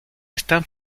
están